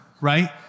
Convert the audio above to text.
right